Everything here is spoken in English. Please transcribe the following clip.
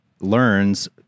learns